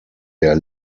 der